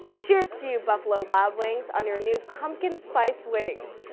cheers to you buffalo wild wings on your new pumpkin spice wings.